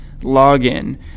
login